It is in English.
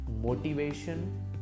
motivation